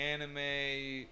Anime